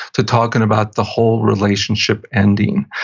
to talking about the whole relationship ending.